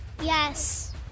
Yes